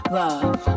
love